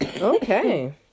Okay